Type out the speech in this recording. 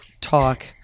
talk